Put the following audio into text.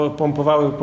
pompowały